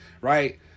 Right